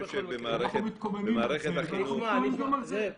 אנחנו מתקוממים גם על זה,